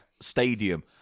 stadium